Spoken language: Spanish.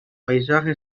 paisaje